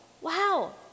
wow